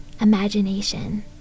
imagination